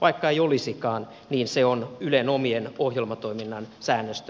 vaikka ei olisikaan niin se on ylen omien ohjelmatoiminnan säännöstöjen vastaista